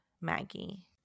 Maggie